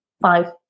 five